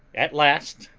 at last,